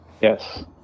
Yes